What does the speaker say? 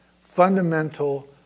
fundamental